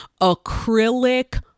acrylic